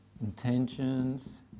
intentions